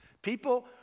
People